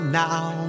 now